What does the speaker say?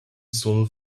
soul